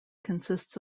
consists